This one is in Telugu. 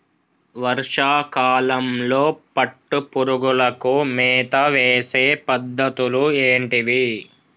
వర్షా కాలంలో పట్టు పురుగులకు మేత వేసే పద్ధతులు ఏంటివి?